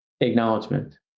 acknowledgement